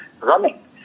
running